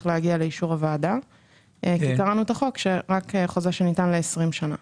להגיע לאישור הוועדה כי קראנו את החוק שזה רק חוזה שניתן ל-20 שנה.